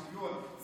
השוויון.